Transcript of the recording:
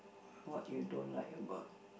what you don't like about